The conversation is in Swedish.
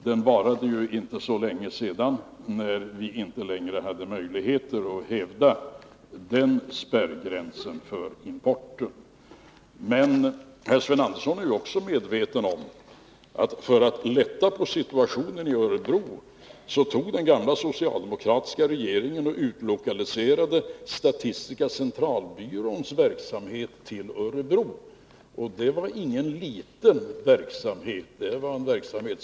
Den varade inte så länge sedan, när vi inte längre hade möjlighet att hävda den spärrgränsen för importen. Sven Andersson är ju också medveten om att den gamla socialdemokratiska regeringen utlokaliserade statistiska centralbyråns verksamhet till Örebro för att lätta på situationen där. Det var ingen liten verksamhet.